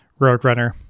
Roadrunner